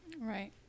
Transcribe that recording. Right